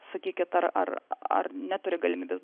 sakykit ar ar ar neturi galimybės